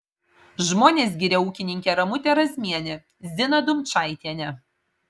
žmonės giria ūkininkę ramutę razmienę ziną dumčaitienę